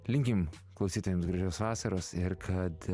linkim klausytojams gražios vasaros ir kad